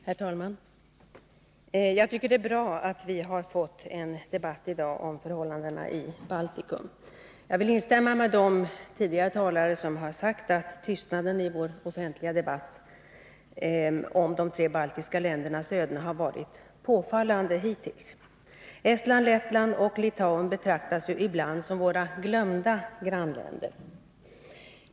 Herr talman! Jag tycker att det är bra att vi får en debatt i dag om förhållandena i Baltikum. Jag vill instämma med de tidigare talare som sagt att tystnaden i vår offentliga debatt om de tre baltiska ländernas öden hittills har varit påfallande. Estland, Lettland och Litauen betecknas ibland som våra glömda grannländer.